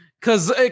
Cause